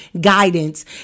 guidance